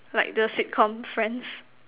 like the sitcom Friends